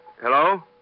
Hello